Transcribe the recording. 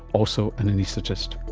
also an anaesthetist.